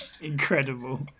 Incredible